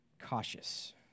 cautious